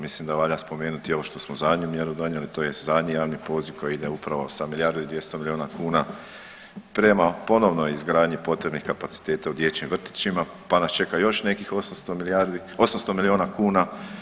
Mislim da valja spomenuti ovo što smo zadnju mjeru donijeli tj. zadnji javni poziv koji ide upravo sa milijardu i 200 milijuna kuna prema ponovnoj izgradnji potrebnih kapaciteta u dječjim vrtićima pa nas čeka još nekih 800 milijuna kuna.